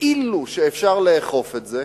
כאילו אפשר לאכוף את זה,